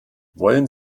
wollen